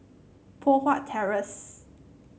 Poh Huat Terrace